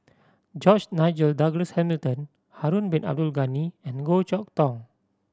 George Nigel Douglas Hamilton Harun Bin Abdul Ghani and Goh Chok Tong